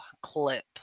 clip